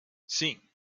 sim